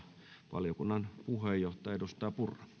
valiokunnan puheenjohtaja edustaja purra